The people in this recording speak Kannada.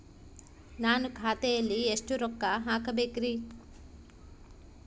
ನಾನು ಖಾತೆಯಲ್ಲಿ ಎಷ್ಟು ರೊಕ್ಕ ಹಾಕಬೇಕ್ರಿ?